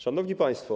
Szanowni Państwo!